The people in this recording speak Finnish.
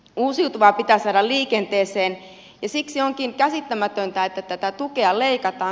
uusiutuvaa pitää saada liikenteeseen ja siksi onkin käsittämätöntä että tätä tukea leikataan